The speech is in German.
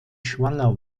schwanger